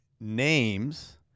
names